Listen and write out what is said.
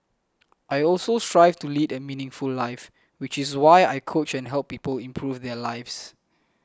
I also strive to lead a meaningful life which is why I coach and help people improve their lives